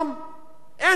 אין הבדל מהותי.